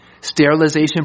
sterilization